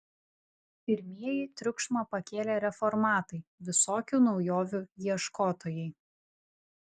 pirmieji triukšmą pakėlė reformatai visokių naujovių ieškotojai